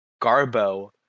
garbo